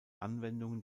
anwendungen